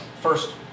first